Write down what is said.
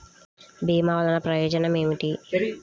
భీమ వల్లన ప్రయోజనం ఏమిటి?